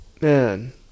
man